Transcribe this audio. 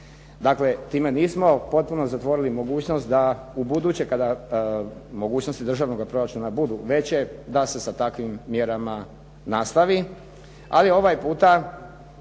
Dakle, time nismo potpuno zatvorili mogućnost da ubuduće kada mogućnosti državnoga proračuna budu veće, da se sa takvim mjerama nastavi, ali ovaj puta